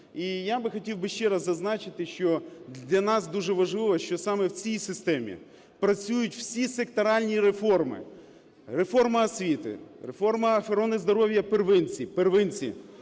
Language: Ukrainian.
І я би хотів би ще раз зазначити, що для нас дуже важливо, що саме в цій системі працюють всі секторальні реформи: реформа освіти, реформа охорони здоров'я в первинці,